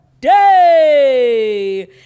day